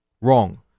Wrong